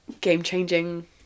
game-changing